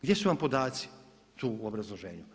Gdje su vam podaci tu u obrazloženju?